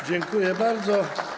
Dziękuję bardzo.